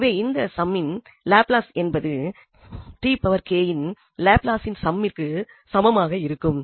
எனவே இந்த சம்மின் லாப்லஸ் என்பது இன் லாப்லாஸின் சம்மிற்கு சமமாக இருக்கும்